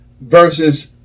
versus